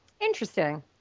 interesting